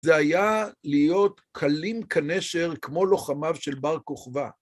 זה היה להיות כלים כנשר כמו לוחמיו של בר כוכבה.